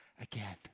again